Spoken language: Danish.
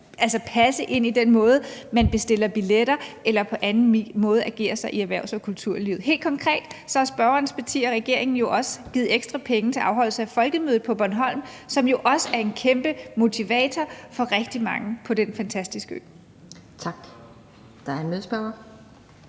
kan passe ind i den måde, man bestiller billetter på eller på anden måde agerer i erhvervs- og kulturlivet. Helt konkret har spørgerens parti og regeringen jo også givet ekstra penge til afholdelse af Folkemødet på Bornholm, som jo også er en kæmpe motivator for rigtig mange på den fantastiske ø. Kl. 18:44 Anden